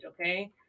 Okay